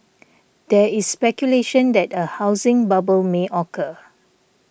there is speculation that a housing bubble may occur